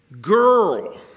girl